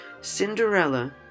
Cinderella